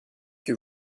que